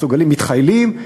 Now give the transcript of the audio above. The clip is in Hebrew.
מתחיילים,